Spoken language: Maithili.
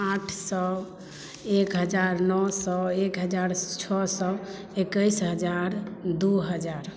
आठ सए एक हजार नओ सए एक हजार छओ सए एक्कैस हजार दू हजार